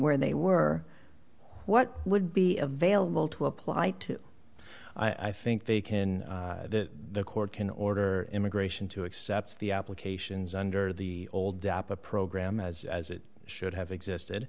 where they were what would be available to apply to i think they can the court can order immigration to accept the applications under the old doppler program as as it should have existed